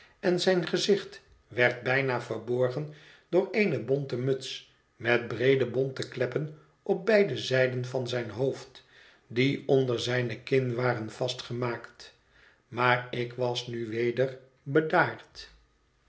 en zijn gezicht werd bijna verborgen door eene bonten muts met breede bonten kleppen op beide zijden van zijn hoofd die onder zijne kin waren vastgemaakt maar ik was nu weder bedaard